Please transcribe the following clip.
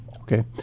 Okay